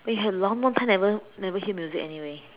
but you have long long time never never hear music anyway